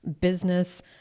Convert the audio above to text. business